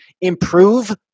improve